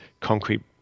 concrete